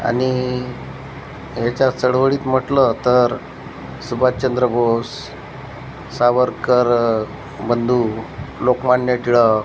आणि याच्या चळवळीत म्हटलं तर सुभाषचंद्र बोस सावरकर बंधू लोकमान्य टिळक